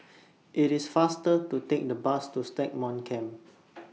IT IS faster to Take The Bus to Stagmont Camp